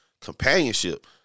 companionship